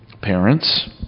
parents